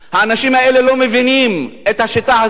האנשים האלה לא מבינים את השיטה הזאת,